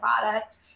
product